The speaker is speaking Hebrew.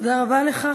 תודה רבה לך.